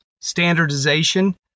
standardization